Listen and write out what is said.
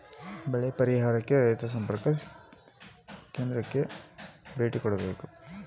ಸಂಪೂರ್ಣ ಹತ್ತಿ ಬೆಳೆದಿರುತ್ತೇವೆ ಆದರೆ ಕೊನೆಯ ಸಮಯದಾಗ ಮಳೆ ಬಂದು ಎಲ್ಲಾ ಬೆಳೆ ನಾಶ ಆಗುತ್ತದೆ ಇದರ ಪರಿಹಾರ ಹೆಂಗೆ?